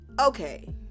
okay